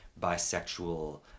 bisexual